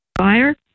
fire